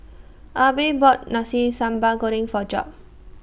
Abbey bought Nasi Sambal Goreng For Job